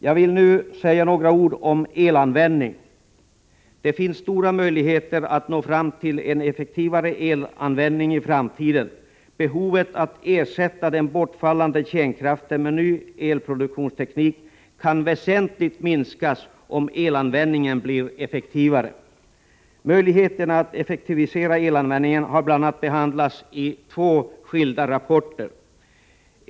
Jag skall så säga några ord om elanvändning. Det finns stora möjligheter att nå fram till en effektivare elanvändning i framtiden. Behovet att ersätta den bortfallande kärnkraften med ny elproduktionsteknik kan väsentligt minskas om elanvändningen blir effektivare. Möjligheterna att effektivisera elanvändningen har bl.a. behandlats i två skilda rapporter.